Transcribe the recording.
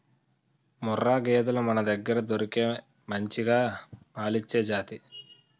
ముర్రా గేదెలు మనదగ్గర దొరికే మంచిగా పాలిచ్చే జాతి